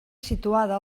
situada